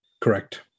Correct